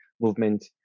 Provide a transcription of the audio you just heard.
movement